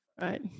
right